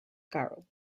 carroll